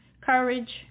courage